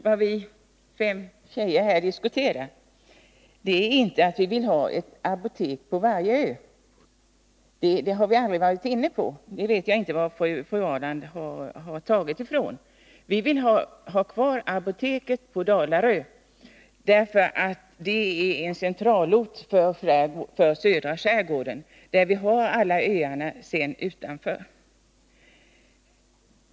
Vad vi diskuterar är inte ett apotek på varje ö — det har vi aldrig varit inne på, och jag vet inte varifrån fru Ahrland har tagit det. Vi vill ha kvar apoteket på Dalarö, som är en centralort för södra skärgården med alla dess öar.